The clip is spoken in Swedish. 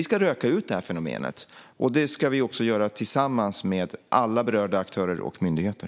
Vi ska röka ut det här fenomenet, och det ska vi göra tillsammans med alla berörda aktörer och myndigheter.